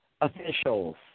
officials